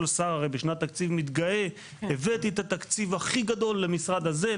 הרי כל שר בשנת תקציב מתגאה: הבאתי את התקציב הכי גדול למשרד הזה,